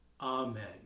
Amen